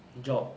job